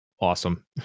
awesome